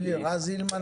רז הילמן,